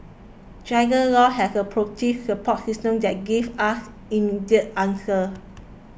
Dragon Law has a proactive support system that gives us immediate answers